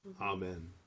Amen